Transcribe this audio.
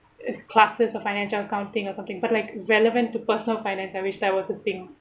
classes for financial accounting or something but like relevant to personal finance I wish there was a thing